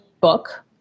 book